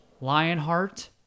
Lionheart